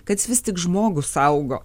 kad jis vis tik žmogų saugo